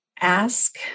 ask